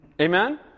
Amen